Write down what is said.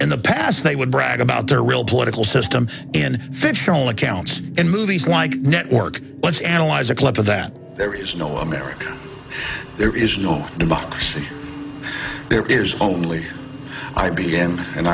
in the past they would brag about their real political system in fictional accounts in movies like network let's analyze a clip of that there is no america there is no democracy there is only i b m and